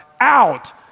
out